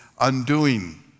undoing